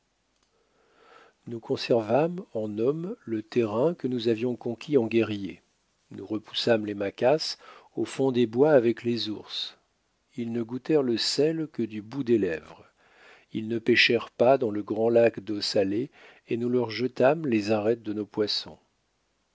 nous conservâmes en hommes le terrain que nous avions conquis en guerriers nous repoussâmes les maquas au fond des bois avec les ours ils ne goûtèrent le sel que du bout des lèvres ils ne pêchèrent pas dans le grand lac d'eau salée et nous leur jetâmes les arêtes de nos poissons